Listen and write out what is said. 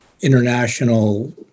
international